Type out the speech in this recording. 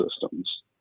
systems